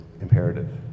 imperative